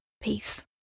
peace